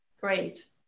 great